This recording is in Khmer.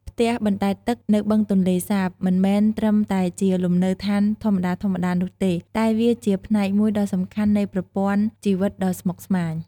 ផ្ទះបណ្ដែតទឹកនៅបឹងទន្លេសាបមិនមែនត្រឹមតែជាលំនៅឋានធម្មតាៗនោះទេ តែវាជាផ្នែកមួយដ៏សំខាន់នៃប្រព័ន្ធជីវិតដ៏ស្មុគស្មាញ។